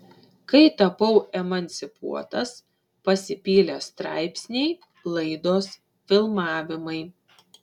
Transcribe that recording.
kai tapau emancipuotas pasipylė straipsniai laidos filmavimai